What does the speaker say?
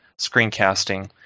screencasting